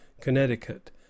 Connecticut